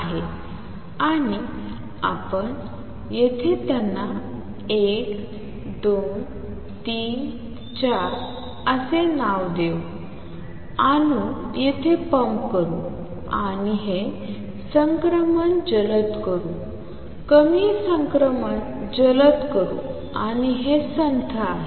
आहे आणि आपण येथे त्यांना 1 2 3 4 असे नाव देऊ अणू येथे पंप करू आणि हे संक्रमण जलद करू कमी संक्रमण जलद करु आणि हे संथ आहे